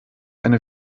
eine